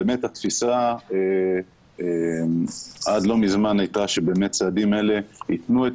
התפיסה עד לא מזמן הייתה שצעדים אלה יתנו את